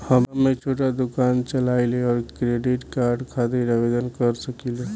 हम एक छोटा दुकान चलवइले और क्रेडिट कार्ड खातिर आवेदन कर सकिले?